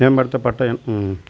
மேம்படுத்தப்பட்ட